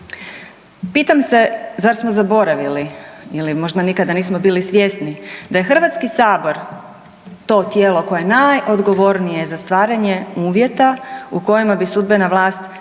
Pitam se zar smo zaboravili ili možda nikada nismo bili svjesni da je HS to tijelo koje je najodgovornije za stvaranje uvjeta u kojima bi sudbena vlast trebala